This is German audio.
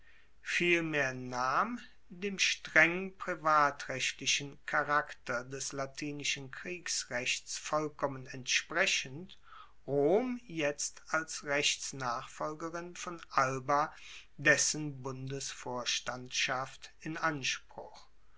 vielmehr nahm dem streng privatrechtlichen charakter des latinischen kriegsrechts vollkommen entsprechend rom jetzt als rechtsnachfolgerin von alba dessen bundesvorstandschaft in anspruch